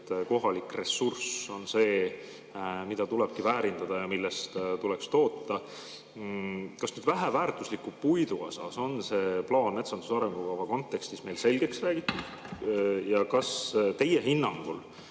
et kohalik ressurss on see, mida tulebki väärindada ja millest tuleks toota, on väheväärtusliku puidu osas see plaan metsanduse arengukava kontekstis meil selgeks räägitud? Kas muutunud